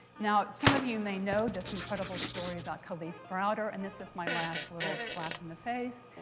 now, some of you may know this incredible story about kalief browder, and this is my last little slap in the face.